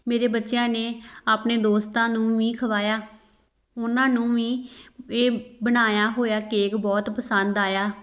ਮੇਰੇ ਬੱਚਿਆਂ ਨੇ ਆਪਣੇ ਦੋਸਤਾਂ ਨੂੰ ਵੀ ਖਵਾਇਆ ਉਹਨਾਂ ਨੂੰ ਵੀ ਇਹ ਬਣਾਇਆ ਹੋਇਆ ਕੇਕ ਬਹੁਤ ਪਸੰਦ ਆਇਆ